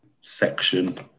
section